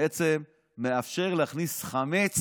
שמאפשר להכניס חמץ